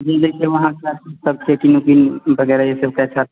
जी देखिए वहाँ का सब सेटिंग वेटिंग वगैरह यह सब कैसा